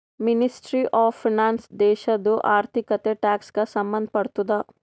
ministry of finance ದೇಶದು ಆರ್ಥಿಕತೆ, tax ಗ ಸಂಭಂದ್ ಪಡ್ತುದ